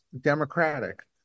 democratic